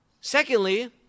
Secondly